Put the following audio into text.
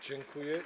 Dziękuję.